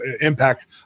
impact